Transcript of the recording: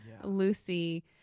Lucy